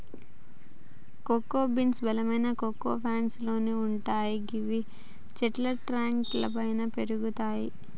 cocoa beans బలమైన cocoa pods లోపల వుంటయ్ గివి చెట్ల ట్రంక్ లపైన పెరుగుతయి